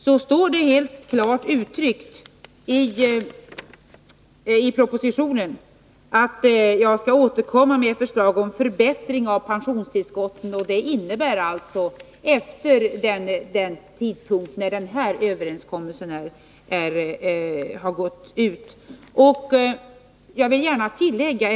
Det står klart uttryckt i propositionen att jag skall återkomma med förslag om förbättring av pensionstillskotten, och därmed menas att detta skall ske efter den tidpunkt då den överenskommelse jag nyss erinrade om har fullföljts.